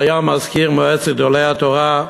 שהיה מזכיר מועצת גדולי התורה,